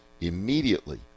immediately